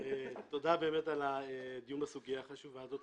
תודה על הדיון בסוגיה החשובה הזאת.